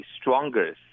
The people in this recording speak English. stronger